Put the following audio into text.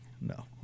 No